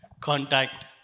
contact